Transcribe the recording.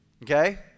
Okay